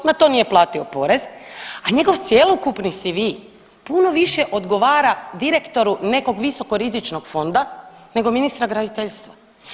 Na to nije platio porez, a njegov cjelokupni CV puno više odgovara direktoru nekog visoko rizičnog fonda nego ministra graditeljstva.